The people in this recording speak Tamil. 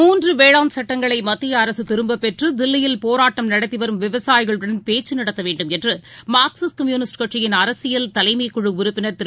மூன்றுவேளாண் சட்டங்களைமத்தியஅரசுதிரும்பப் பெற்றுதில்லியில் போராட்டம் நடத்திவரும் விவசாயிகளுடன் பேச்சுநடத்தவேண்டும் என்றுமார்க்சிஸ்ட் கம்யூனிஸ்ட் கட்சியின் அரசியல் தலைமைக்குழுஉறுப்பினர் திரு